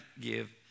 give